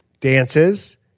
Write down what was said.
Dances